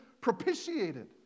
propitiated